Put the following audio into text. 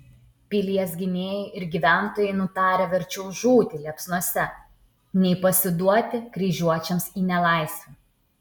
pilies gynėjai ir gyventojai nutarę verčiau žūti liepsnose nei pasiduoti kryžiuočiams į nelaisvę